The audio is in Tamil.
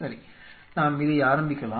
சரி நாம் இதை ஆரம்பிக்கலாம்